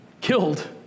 killed